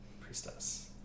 priestess